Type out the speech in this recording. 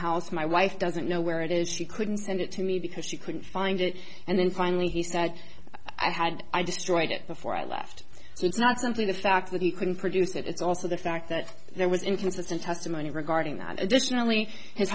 house my wife doesn't know where it is she couldn't send it to me because she couldn't find it and then finally he said i had i destroyed it before i left so it's not simply the fact that he couldn't produce it it's also the fact that there was inconsistent testimony regarding that additionally his